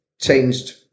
changed